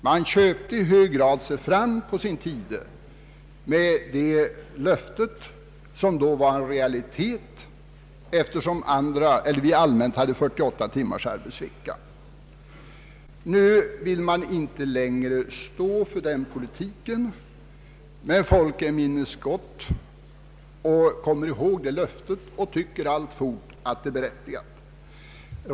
På sin tid köpte man sig i högre grad fram med det löftet, som då var en realitet, eftersom vi allmänt hade 48 timmars arbetsvecka. Nu vill man inte längre stå för den politiken. Men människorna minns gott. De kommer ihåg det löftet och tycker alltfort att det är berättigat.